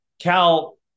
Cal